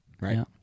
Right